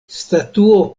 statuo